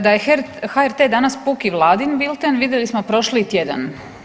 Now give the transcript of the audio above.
Da je HRT danas puki Vladin bilten vidjeli smo prošli tjedan.